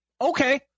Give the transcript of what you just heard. Okay